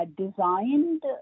designed